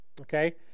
Okay